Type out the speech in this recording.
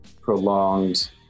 prolonged